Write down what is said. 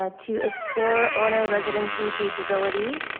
ah to explore owner residency feasibility